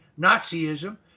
Nazism